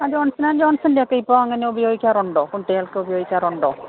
uh Johnson and ജോൺസണിൻ്റെ ഒക്കെ ഇപ്പോൾ അങ്ങനെ ഉപയോഗിക്കാറുണ്ടോ കുട്ടികൾക്ക് ഉപയോഗിക്കാറുണ്ടോ